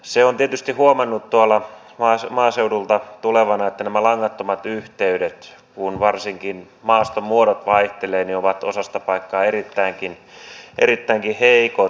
sen on tietysti huomannut tuolta maaseudulta tulevana että nämä langattomat yhteydet varsinkin kun maastonmuodot vaihtelevat ovat osasta paikkaa erittäinkin heikot